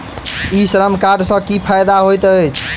ई श्रम कार्ड सँ की फायदा होइत अछि?